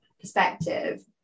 perspective